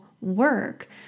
work